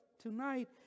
Tonight